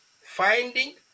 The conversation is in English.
finding